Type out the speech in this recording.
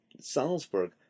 Salzburg